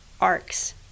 arcs